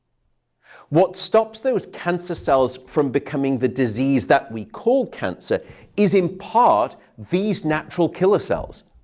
what stops those cancer cells from becoming the disease that we call cancer is, in part, these natural killer cells.